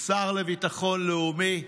שר לביטחון לאומי,